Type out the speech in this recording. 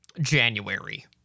January